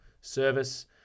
service